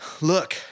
Look